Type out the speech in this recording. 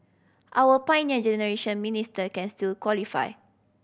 our Pioneer Generation Minister can still qualify